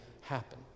happen